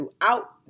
throughout